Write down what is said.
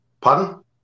Pardon